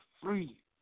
free